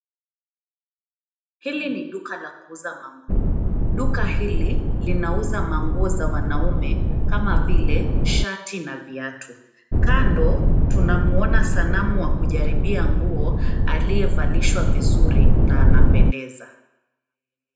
Hili ni duka la kuuza manguo. Duka hili linauza manguo za wanaume kama vile shati na viatu. Kando, tunamuona sanamu wa kujaribia nguo aliyevalishwa vizuri na anapendeza.